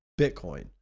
Bitcoin